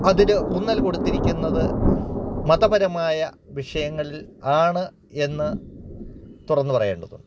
അതിൽ ഊന്നൽ കൊടുത്തിരിക്കുന്നത് മതപരമായ വിഷയങ്ങളിൽ ആണ് എന്നു തുറന്നു പറയേണ്ടതുണ്ട്